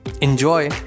Enjoy